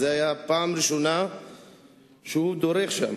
וזו היתה הפעם הראשונה שהוא דרך שם.